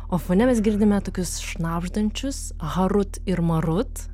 o fone mes girdime tokius šnabždančius harut ir marut